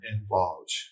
involved